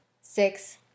six